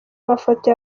mafoto